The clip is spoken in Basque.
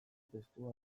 testua